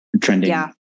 trending